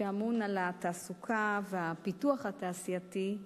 שאמון על התעסוקה והפיתוח התעשייתי,